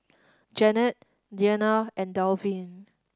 Janette Deana and Dalvin